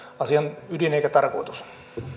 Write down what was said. asian ydin eikä tarkoitus